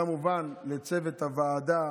כמובן לצוות הוועדה,